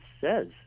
says